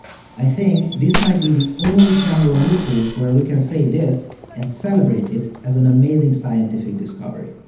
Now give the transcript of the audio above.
i think this might be the only channel on youtube where we can say this and celebrate it as an amazing scientific discovery.